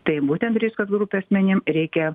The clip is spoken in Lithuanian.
tai būtent rizikos grupių asmenim reikia